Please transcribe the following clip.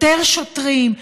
יותר שוטרים,